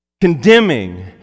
condemning